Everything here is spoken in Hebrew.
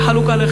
אני חלוק עליך.